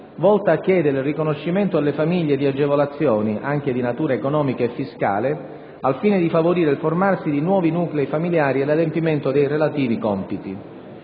volta a chiedere il riconoscimento alle famiglie di agevolazioni, anche di natura economica e fiscale, al fine di favorire il formarsi di nuovi nuclei familiari e l'adempimento dei relativi compiti.